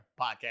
Podcast